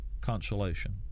consolation